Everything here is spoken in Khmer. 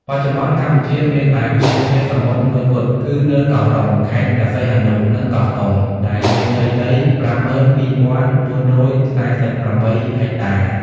បច្ចុប្បន្នកម្ពុជាមានតែឧទ្យានជាតិសមុទ្រមួយគត់ គឺនៅកោះរ៉ុង ខេត្តព្រះសីហនុ និងកោះកុង ដែលមានផ្ទៃដី ៥២,៤៤៨ ហិកតា។